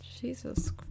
jesus